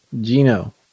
Gino